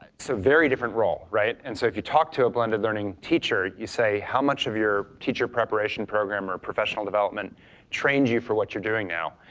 it's a very different role, and so if you talk to a blended learning teacher you say how much of your teacher preparation program or professional development trained you for what you're doing now,